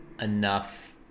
enough